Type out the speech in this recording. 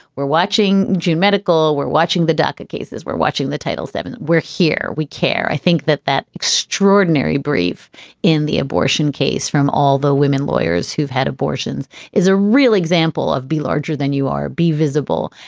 we're watching june medical, we're watching the duckett cases, we're watching the title seven. we're here. we care. i think that that extraordinary brief in the abortion case from all the women lawyers who've had abortions is a real example of be larger than you are. be visible.